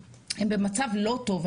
מעיד על זה שהם במצב לא טוב.